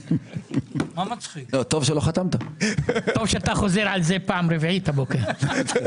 טוב שאתה חוזר על זה פעם רביעית הבוקר.